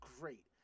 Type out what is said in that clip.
great